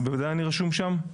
אז בוודאי אני רשום שם.